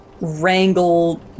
wrangle